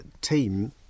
team